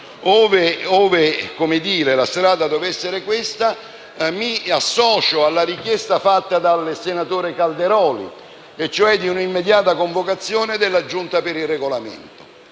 ogni caso, ove la strada dovesse essere questa, mi associo alla richiesta fatta dal senatore Calderoli, relativa all'immediata convocazione della Giunta per il Regolamento.